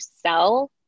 sell